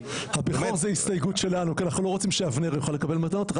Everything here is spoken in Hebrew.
--- הבכור זו הסתייגות שלנו כי אנחנו לא רוצים שאבנר יוכל לקבל מתנות,